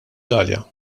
galea